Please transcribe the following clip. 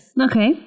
Okay